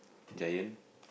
Giant